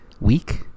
week